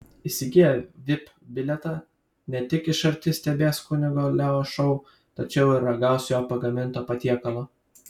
įsigiję vip bilietą ne tik iš arti stebės kunigo leo šou tačiau ir ragaus jo pagaminto patiekalo